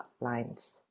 lines